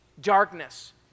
darkness